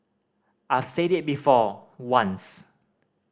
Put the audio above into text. I've said it before once